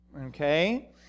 Okay